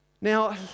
Now